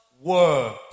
word